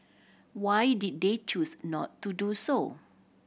why did they choose not to do so